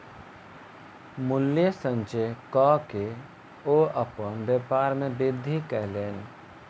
मूल्य संचय कअ के ओ अपन व्यापार में वृद्धि कयलैन